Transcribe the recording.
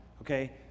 okay